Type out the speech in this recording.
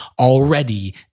already